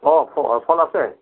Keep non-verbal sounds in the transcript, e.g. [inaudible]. অঁ [unintelligible] ফল আছে